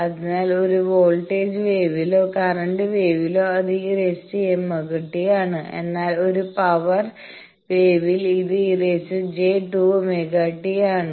അതിനാൽ ഒരു വോൾട്ടേജ് വേവിലോ കറന്റ് വേവിലോ അത് e jωt ആണ് എന്നാൽ ഒരു പവർ വേവിൽ ഇത് e j2ωt ആണ്